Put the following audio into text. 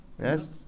yes